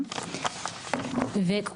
אשכנזים; שלוש,